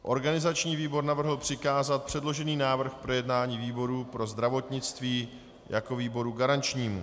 Organizační výbor navrhl přikázat předložený návrh k projednání výboru pro zdravotnictví jako výboru garančnímu.